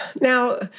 Now